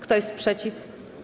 Kto jest przeciw?